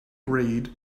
read